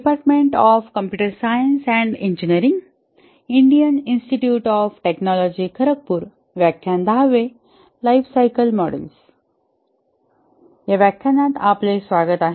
या व्याख्यानात आपले स्वागत आहे